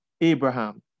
Abraham